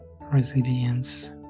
Resilience